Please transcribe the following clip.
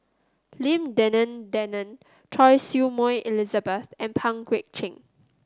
Lim Denan Denon Choy Su Moi Elizabeth and Pang Guek Cheng